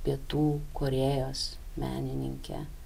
pietų korėjos menininke